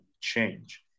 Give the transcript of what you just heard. change